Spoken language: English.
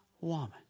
woman